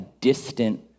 distant